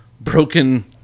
broken